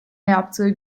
yaptığı